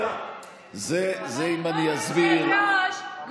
אם אני אסביר: זה ההבדל,